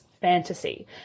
fantasy